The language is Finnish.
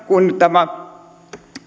kun tämä